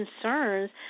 concerns